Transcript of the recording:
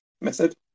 method